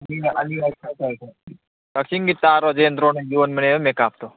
ꯑꯅꯤꯔꯛ ꯊꯣꯛꯇ꯭ꯔꯁꯨ ꯀꯛꯆꯤꯡꯒꯤ ꯇꯥ ꯔꯣꯖꯦꯟꯗ꯭ꯔꯣꯅ ꯌꯣꯟꯕꯅꯦꯕ ꯃꯦꯀꯥꯞꯇꯣ